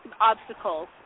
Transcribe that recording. obstacles